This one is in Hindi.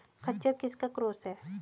खच्चर किसका क्रास है?